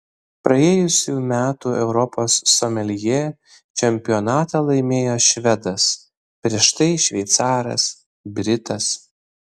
praėjusių metų europos someljė čempionatą laimėjo švedas prieš tai šveicaras britas